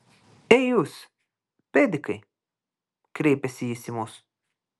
ei jūs pedikai kreipėsi jis į mus